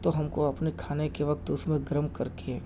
تو ہم کو اپنے کھانے کے وقت اس میں گرم کر کے